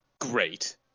great